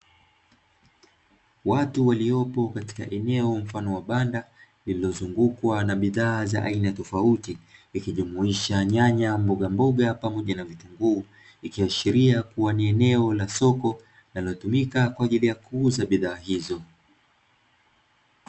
Watu waliopo katika eneo mfano wa banda lililozungukwa na bidhaa za aina tofauti, ikijumuisha nyanya, mbogamboga pamoja na vitunguu. Ikiashiria kuwa ni eneo la soko linalotumika kwa ajili ya kuuza bidhaa hizo.